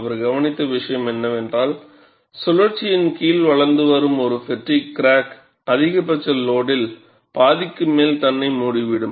அவர் கவனித்த விஷயம் என்னவென்றால் சுழற்சியின் கீழ் வளர்ந்து வரும் ஒரு பெட்டிக் கிராக்க அதிகபட்ச லோடில் பாதிக்கு மேல் தன்னை மூடிவிடும்